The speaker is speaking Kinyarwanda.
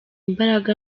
imbaraga